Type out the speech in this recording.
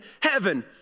heaven